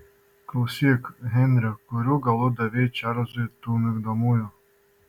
klausyk henri kurių galų davei čarlzui tų migdomųjų